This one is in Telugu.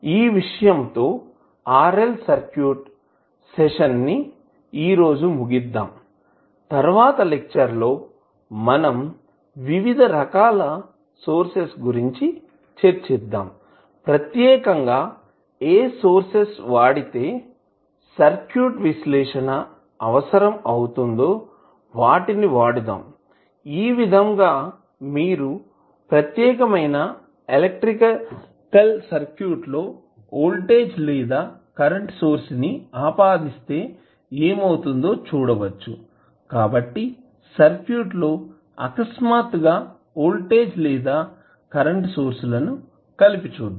ఈ విషయం తో RL సర్క్యూట్ సెషన్ ని ఈ రోజు ముగిద్దాం తర్వాత లెక్చర్ లో మనం వివిధ రకాల సోర్సెస్ గురించి చర్చిద్దాం ప్రత్యేకంగా ఏ సోర్సెస్ వాడితే సర్క్యూట్ విశ్లేషణ అవసరం అవుతుందో వాటిని వాడుదాంఈ విధంగా మీరు ప్రత్యేకమైన ఎలక్ట్రికల్ సర్క్యూట్ లో వోల్టేజ్ లేదా కరెంటు సోర్స్ ని ఆపాదిస్తే ఏమవుతుందో చూడవచ్చు కాబట్టి సర్క్యూట్ లో అకస్మాతుగా వోల్టేజ్ లేదా కరెంటు సోర్స్ లను కలిపి చూద్దాం